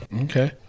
Okay